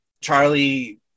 Charlie